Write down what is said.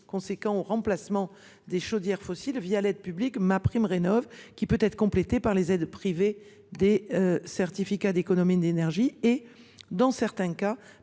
pour le remplacement des chaudières fossiles l’aide publique MaPrimeRénov’, qui peut être complétée par les aides privées des certificats d’économies d’énergie (C2E) et, dans certains cas,